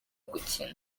gukina